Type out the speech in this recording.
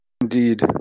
Indeed